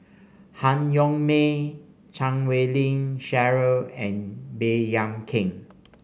Han Yong May Chan Wei Ling Cheryl and Baey Yam Keng